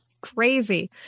crazy